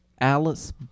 Alice